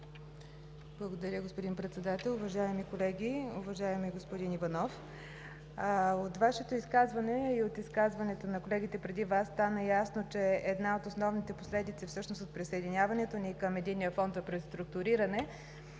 Благодаря Ви, господин Председател. Уважаеми колеги! Уважаеми господин Иванов, от Вашето изказване и от изказването на колегите преди Вас стана ясно, че всъщност една от основните последици от присъединяването ни към Единния фонд за преструктуриране е